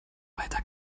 weiter